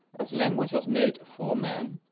as language was made for man,